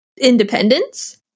independence